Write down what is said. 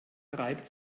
reibt